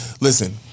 listen